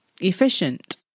efficient